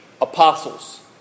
Apostles